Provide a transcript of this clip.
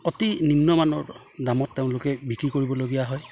অতি নিম্নমানৰ দামত তেওঁলোকে বিক্ৰী কৰিবলগীয়া হয়